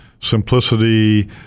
simplicity